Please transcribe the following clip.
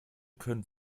können